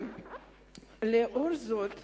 לאור זאת,